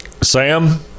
Sam